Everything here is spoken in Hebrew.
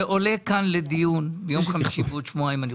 זה עולה כאן לדיון בעוד שבועיים.